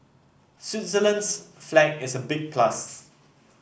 Switzerland's flag is a big plus